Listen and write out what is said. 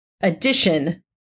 addition